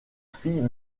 fille